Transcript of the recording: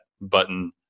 button